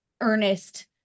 earnest